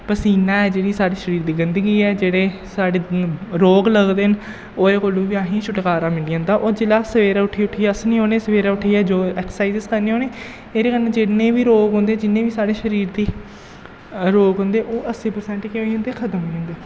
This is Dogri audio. पसीना ऐ जेह्ड़ी साढ़े शरीर दी गंदगी ऐ जेह्ड़े साढ़े रोग लगदे न ओह्दे कोलूं बी असें गी छुटकारा मिली जंदा होर जिल्लै अस सवेरै उट्ठी उट्टियै हस्सने होन्नें सवेरै उट्टियै जो ऐक्सर्साइजिस करने होन्नें एह्दे कन्नै जिन्ने बी रोग होंदे जिन्ने बी साढ़े शरीर दी रोग होंदे ओह् अस्सी परसैंट केह् होंदे खत्म होई जंदे